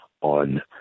on